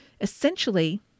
Essentially